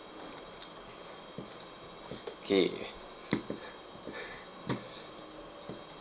kay